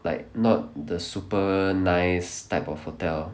like not the super nice type of hotel